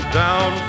down